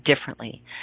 differently